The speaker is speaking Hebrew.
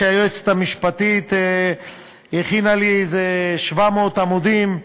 היועצת המשפטית הכינה לי איזה 700 עמודים לקרוא,